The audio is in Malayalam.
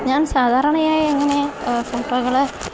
ഞാൻ സാധാരണയായി അങ്ങനെ ഫോട്ടോകൾ